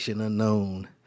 unknown